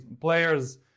players